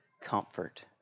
comfort